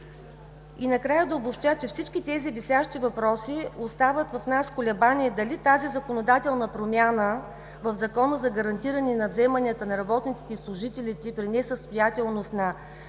И накрая да обобщя, че всички тези висящи въпроси остават в нас колебание дали тази законодателна промяна в Закона за гарантиране на вземанията на работниците и служителите при несъстоятелност на